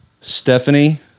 Stephanie